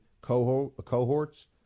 cohorts